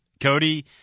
Cody